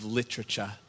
literature